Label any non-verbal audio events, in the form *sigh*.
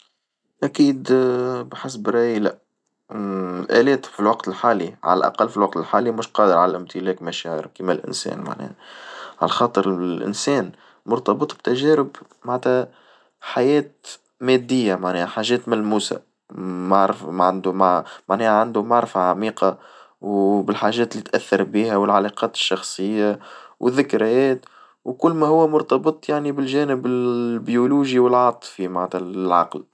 أكيد بحسب رأيي لأ *hesitation* الآلات في الوقت الحالي على الأقل في الوقت الحالي مش قادرة على امتلاك مشاعر كيما الإنسان معناها على خاطر الإنسان مرتبط بتجارب معنتها حياة مادية معنتها حاجات ملموسة معنتها عنده معرفة عميقة وبالحاجات اللي تأثر بيها والعلاقات الشخصية وذكريات وكل ما هو مرتبط يعني بالجانب البيولوجي والعاطفي معنتها العقل.